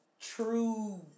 true